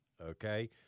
Okay